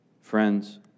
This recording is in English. Friends